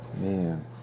man